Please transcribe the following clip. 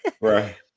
Right